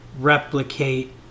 replicate